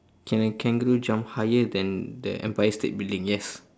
can a kangaroo jump higher than the empire state building yes